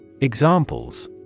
Examples